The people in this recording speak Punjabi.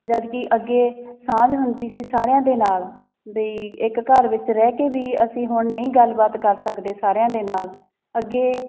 ਜਦਕਿ ਅੱਗੇ ਸਾਂਝ ਹੁੰਦੀ ਸੀ ਸਾਰਿਆਂ ਦੇ ਨਾਲ ਬਈ ਇੱਕ ਘਰ ਵਿੱਚ ਰਹਿ ਕੇ ਵੀ ਅਸੀਂ ਹੁਣ ਨਹੀਂ ਗੱਲਬਾਤ ਕਰ ਸਕਦੇ ਸਾਰਿਆਂ ਦੇ ਨਾਲ ਅੱਗੇ